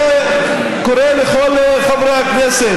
הייתי חברת מועצה.